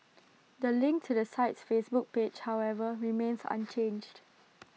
the link to the site's Facebook page however remains unchanged